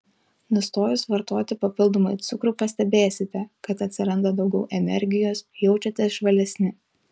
nustojus vartoti papildomai cukrų pastebėsite kad atsiranda daugiau energijos jaučiatės žvalesni